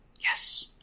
yes